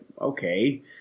okay